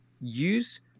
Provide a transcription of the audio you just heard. use